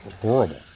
horrible